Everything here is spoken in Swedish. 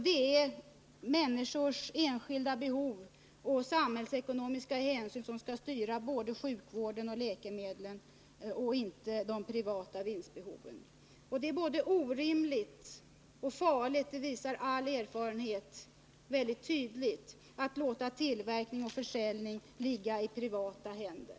Det är människors enskilda behov och samhällsekonomiska hänsyn som skall styra både sjukvården och läkemedelsframställningen och inte de privata vinstbehoven. Det är både orimligt och farligt — det visar all erfarenhet mycket tydligt — att låta tillverkningen och försäljningen ligga i privata händer.